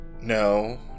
No